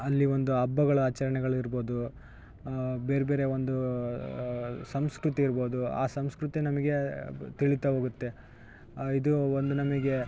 ಅಲ್ಲಿ ಒಂದು ಹಬ್ಬಗಳ ಆಚರ್ಣೆಗಳು ಇರ್ಬೌದು ಬೇರೆಬೇರೆ ಒಂದು ಸಂಸ್ಕೃತಿ ಇರ್ಬೌದು ಆ ಸಂಸ್ಕೃತಿ ನಮಗೆ ಬ ತಿಳಿತಾ ಹೋಗುತ್ತೆ ಇದು ಒಂದು ನಮಗೆ